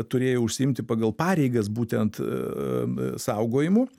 turėjo užsiimti pagal pareigas būtent saugojimu